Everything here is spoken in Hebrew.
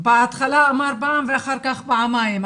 בהתחלה אמרת פעם ואחר כך פעמיים.